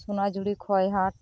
ᱥᱚᱱᱟᱡᱷᱩᱨᱤ ᱠᱷᱚᱣᱟᱭ ᱦᱟᱴ